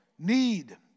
need